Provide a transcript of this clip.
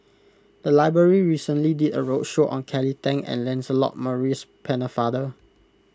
the library recently did a roadshow on Kelly Tang and Lancelot Maurice Pennefather